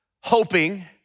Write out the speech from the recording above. hoping